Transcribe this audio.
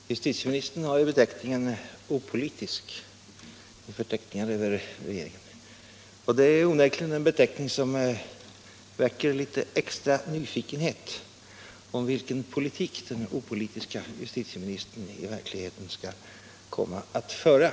Herr talman! Justitieministern har ju beteckningen ”opolitisk” i förteckningar över regeringen. Det är onekligen en beteckning som väcker litet extra nyfikenhet om vilken politik den opolitiske justitieministern i verkligheten skall komma att föra.